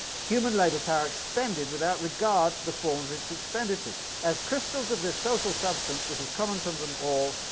human labour-power expended without regard to the form of its expenditure, as as crystals of this social substance which is common to them all,